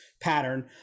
pattern